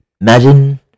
Imagine